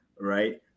right